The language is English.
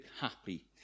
happy